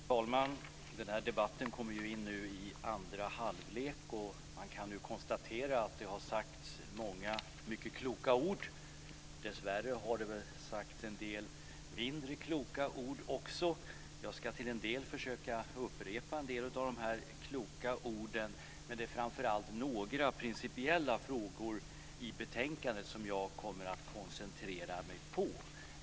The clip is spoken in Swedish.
Fru talman! Den här debatten kommer nu in i andra halvlek. Jag kan konstatera att det har sagts många kloka ord. Dessvärre har det också sagts en del mindre kloka ord. Jag ska försöka upprepa en del av de kloka orden, men det är framför allt några principiella frågor i betänkandet som jag kommer att koncentrera mig på.